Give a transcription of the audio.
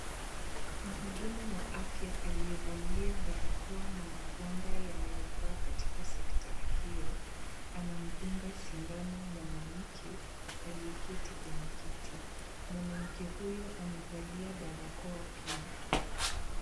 Mhudumu wa afya aliyevalia barakoa na magwanda yanayofaa katika sekta hiyo, anamdunga sindano mwanamke aliyeketi kwenye kiti. Mwanamke huyo amevalia barakoa pia.